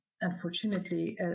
unfortunately